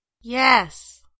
Yes